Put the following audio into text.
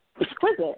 Exquisite